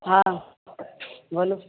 हँ बोलु